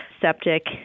septic